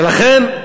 ולכן,